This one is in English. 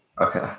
Okay